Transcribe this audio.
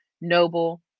noble